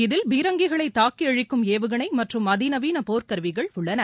இதில் பீரங்கிகளை தாக்கி அழிக்கும் ஏவுகணை மற்றும் அதிநவீன போர்க் கருவிகள் உள்ளன